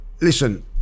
listen